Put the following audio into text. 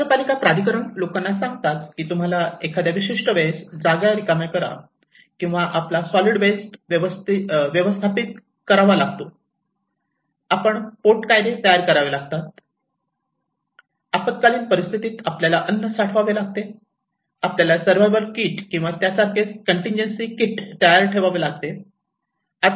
नगर पालिका प्राधिकरण लोकांना सांगतात की तुम्हाला एखाद्या विशिष्ट वेळेस जागा रिकाम्या करा किंवा आपण आपला सॉलिड वेस्ट व्यवस्थापित करावा लागतो आपणास पोट कायदे तयार करावे लागतात आपत्कालीन परिस्थितीत आपल्याला अन्न साठवावे लागते आपल्याला सर्व्हायव्हल किट किंवा त्यासारखेच कॅन्टीजन्सी किट तयार ठेवावे लागते